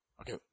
Okay